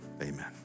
amen